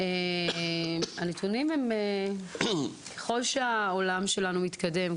הנתונים הם ככול שהעולם שלנו מתקדם,